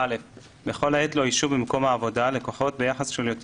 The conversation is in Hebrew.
(א)בכל עת לא ישהו במקום העבודה לקוחות ביחס של יותר